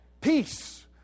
peace